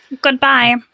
goodbye